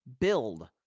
build